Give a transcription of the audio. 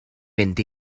mynd